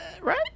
Right